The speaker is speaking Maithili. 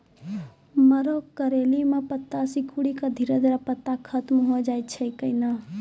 मरो करैली म पत्ता सिकुड़ी के धीरे धीरे पत्ता खत्म होय छै कैनै?